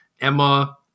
Emma